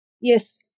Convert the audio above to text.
Yes